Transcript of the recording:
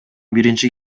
биринчи